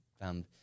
found